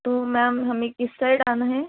तो मैम हमें किस साइड आना है